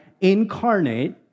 incarnate